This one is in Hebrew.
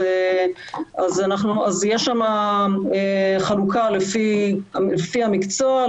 יש שם חלוקה לפי המקצוע,